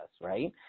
right